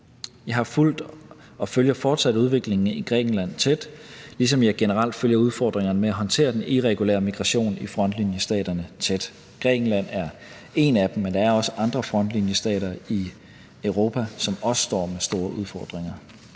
Jeg har fulgt og følger fortsat udviklingen i Grækenland tæt, ligesom jeg generelt følger udfordringerne med at håndtere den irregulære migration i frontlinjestaterne tæt. Grækenland er en af dem, men der er også andre frontlinjestater i Europa, som også står med store udfordringer.